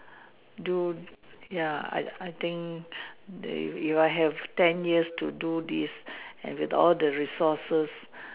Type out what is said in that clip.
do ya I I think they if I have ten years to do this and with all the resources